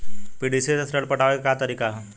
PDC से ऋण पटावे के का तरीका ह?